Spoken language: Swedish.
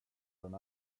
den